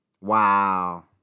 Wow